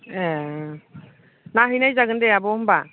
ए नायहैनायजागोन दे आब' होमब्ला